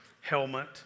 helmet